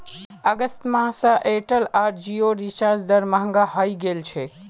अगस्त माह स एयरटेल आर जिओर रिचार्ज दर महंगा हइ गेल छेक